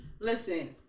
Listen